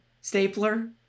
stapler